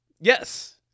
Yes